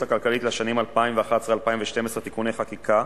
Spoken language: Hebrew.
הכלכלית לשנים 2011 ו-2012 (תיקוני חקיקה),